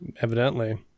Evidently